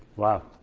wow.